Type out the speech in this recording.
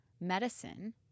medicine